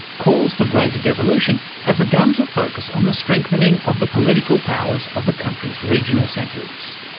calls for greater devolution have begun to focus on the strengthening of the political powers of the country's regional centres.